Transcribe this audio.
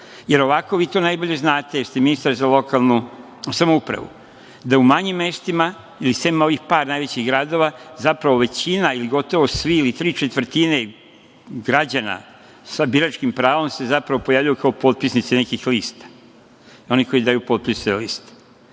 potpisa? Ovako, vi to najbolje znate jer ste ministar za lokalnu samoupravu, da u manjim mestima, sem ovih par najvećih gradova, zapravo većina ili gotovo svi, ili tri četvrtine građana sa biračkim pravom se zapravo pojavljuju kao potpisnici nekih lista, oni koji daju potpise listi.